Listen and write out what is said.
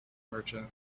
merchant